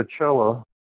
Coachella